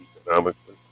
economically